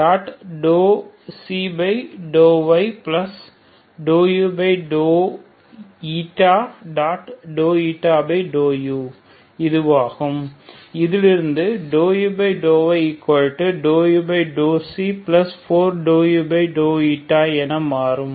∂y இதுவாகும் இதிலிருந்து ∂u∂yu4∂u என மாறும்